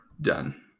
Done